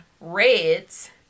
Red's